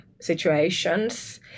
situations